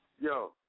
Yo